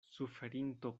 suferinto